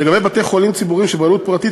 לגבי בתי-חולים ציבוריים שבבעלות פרטית,